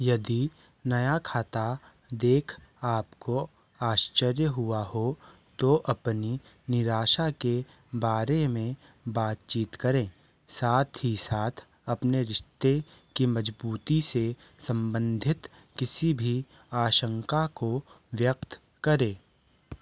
यदि नया खाता देख आपको आश्चर्य हुआ हो तो अपनी निराशा के बारे में बातचीत करें साथ ही साथ अपने रिश्ते की मज़बूती से संबंधित किसी भी आशंका को व्यक्त करें